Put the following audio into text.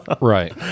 right